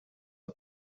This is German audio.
der